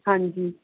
ਹਾਂਜੀ